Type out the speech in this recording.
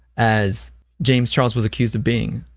as james charles was accused of being,